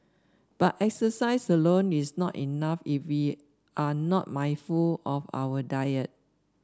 but exercise alone is not enough if we are not mindful of our diet